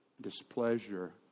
displeasure